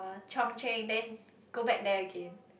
Chung-Cheng then go back there again